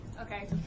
Okay